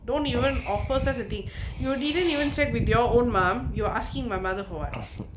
don't even offer such a thing you didn't even check with your own madam you're asking my mother for [what]